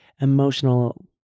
emotional